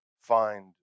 find